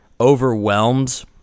overwhelmed